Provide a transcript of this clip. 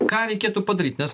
ką reikėtų padaryt nes